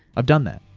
i've done that.